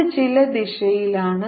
അത് ചില ദിശയിലാണ്